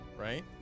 Right